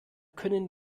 können